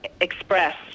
express